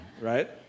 Right